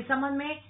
इस संबंध में